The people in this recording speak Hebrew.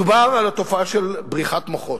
דובר על התופעה של בריחת מוחות.